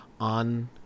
on